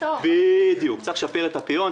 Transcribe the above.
צריך לשפר את הפריון,